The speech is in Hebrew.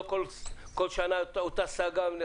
לא כל שנה אותה סאגה.